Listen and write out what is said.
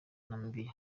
namibia